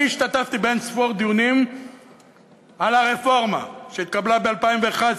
אני השתתפתי באין-ספור דיונים על הרפורמה שהתקבלה ב-2011,